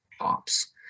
ops